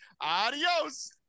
Adios